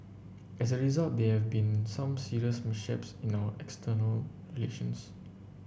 as a result there have been some serious mishaps in our external relations